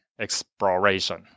exploration